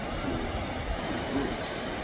to to do this.